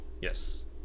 Yes